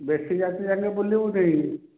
ବେଶୀ ରାତି ଯାଏଁକେ ବୁଲିବୁନି